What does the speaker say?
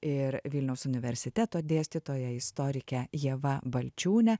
ir vilniaus universiteto dėstytoja istorike ieva balčiūne